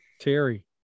Terry